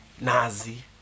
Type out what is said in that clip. Nazi